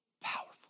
Powerful